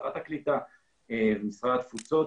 שרת הקליטה ומשרד התפוצות.